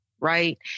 Right